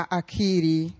akiri